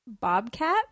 Bobcat